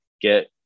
get